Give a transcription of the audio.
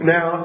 Now